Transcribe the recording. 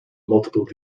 multiple